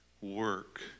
work